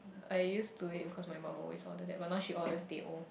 I use to it because my mum always order that but now she orders teh O